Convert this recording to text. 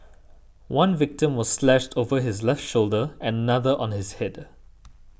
one victim was slashed over his left shoulder and another on his head